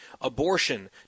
abortion